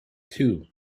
two